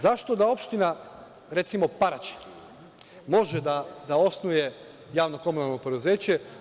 Zašto da opština, recimo Paraćin, može da osnuje javno komunalno preduzeće?